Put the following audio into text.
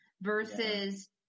versus